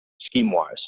scheme-wise